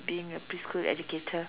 being a preschool educator